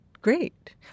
great